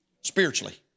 Spiritually